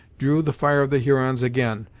drew the fire of the hurons again,